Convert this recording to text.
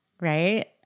right